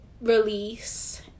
release